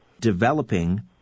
developing